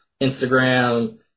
Instagram